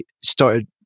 started